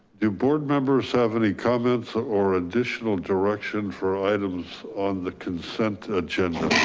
do board members have any comments or additional direction for items on the consent agenda?